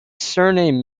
surname